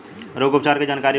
रोग उपचार के जानकारी बताई?